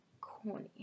corny